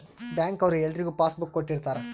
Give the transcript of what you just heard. bank ಅವ್ರು ಎಲ್ರಿಗೂ pass book ಕೊಟ್ಟಿರ್ತರ